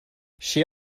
she